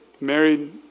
married